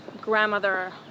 grandmother